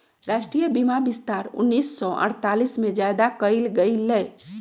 राष्ट्रीय बीमा विस्तार उन्नीस सौ अडतालीस में ज्यादा कइल गई लय